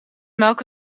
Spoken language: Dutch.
melk